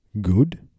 good